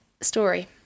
story